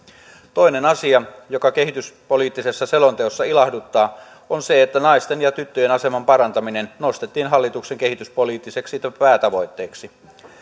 toinen asia joka kehityspoliittisessa selonteossa ilahduttaa on se että naisten ja tyttöjen aseman parantaminen nostettiin hallituksen kehityspoliittiseksi päätavoitteeksi